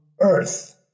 earth